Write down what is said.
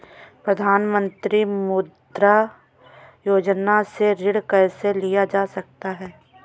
प्रधानमंत्री मुद्रा योजना से ऋण कैसे लिया जा सकता है?